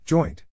Joint